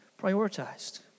prioritized